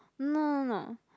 no no no